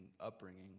upbringing